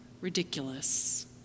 ridiculous